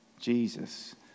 Jesus